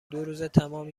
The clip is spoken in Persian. دوروزتمام